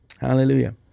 Hallelujah